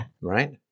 Right